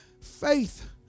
faith